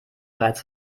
bereits